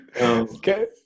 Okay